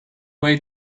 way